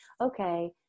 Okay